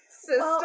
system